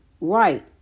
right